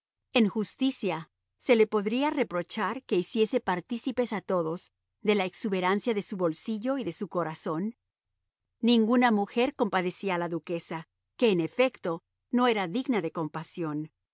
en justicia se le podía reprochar que hiciese partícipes a todos de la exuberancia de su bolsillo y de su corazón ninguna mujer compadecía a la duquesa que en efecto no era digna de compasión